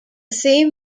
same